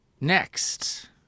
Next